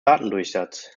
datendurchsatz